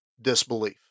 disbelief